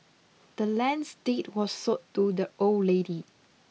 the land's deed was sold to the old lady